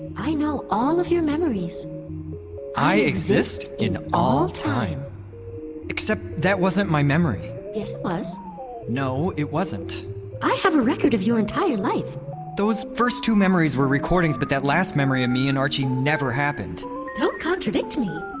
i know all of your memories i exist in all time except that wasn't my memory yes it was no, it wasn't i have a record of your entire life those first two memories were recordings, but that last memory of me and archie never happened don't contradict me.